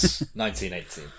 1918